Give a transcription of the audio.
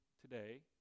today